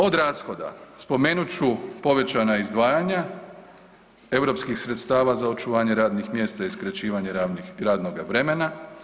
Od rashoda spomenut ću povećanja izdvajanja europskih sredstava za očuvanje radnih mjesta i skraćivanje radnog vremena.